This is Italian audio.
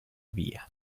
via